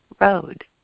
road